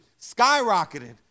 skyrocketed